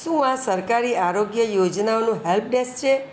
શું આ સરકારી આરોગ્ય યોજનાઓનું હેલ્પ ડેસ્ક છે